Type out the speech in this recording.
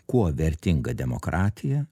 kuo vertinga demokratija